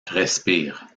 respire